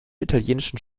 italienischen